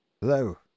Hello